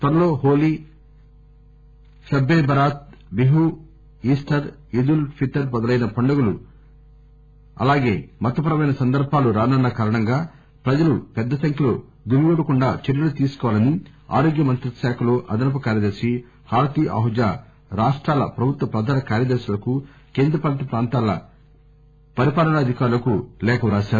త్వరలో హోలీ షబ్బె బరాత్ బిహు ఈస్టర్ ఈద్ ఉల్ ఫితర్ మొదలైన పండుగలు మతపరమైన సందర్బాలు రానున్న కారణంగా ప్రజలు పెద్దసంఖ్యలో గుమిగూడకుండా చర్యలు తీసుకోవాలని ఆరోగ్య మంత్రిత్వ శాఖలో అదనపు కార్యదర్శి హారతి అహూజా రాష్టాల ప్రభుత్వ ప్రధాన కార్యదర్శులకు కేంద్ర పాలిత ప్రాంతాల అడ్మి నిస్టేటర్లకు లేఖ రాశారు